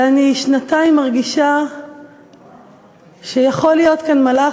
ואני שנתיים מרגישה שיכול להיות כאן מלאך,